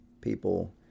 people